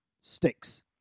sticks